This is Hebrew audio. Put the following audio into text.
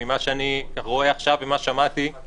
ממה שאני רואה עכשיו וממה ששמעתי,